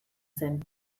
zen